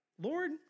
Lord